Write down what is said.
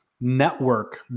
network